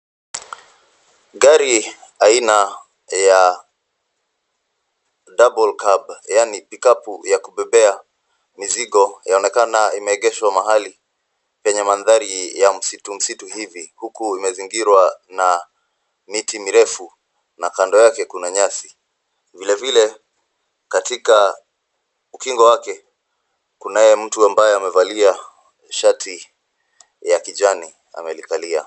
Gari aina ya Double cab , yaani pikapu ya kubebea mizigo yaonekana imeegeshwa mahali penye mandhari ya msitu msitu hivi, huku imezingirwa na miti mirefu na kando yake kuna nyasi. Vilevile katika ukingo wake, kunaye mtu ambaye amevalia shati ya kijani amelikalia.